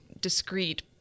discreet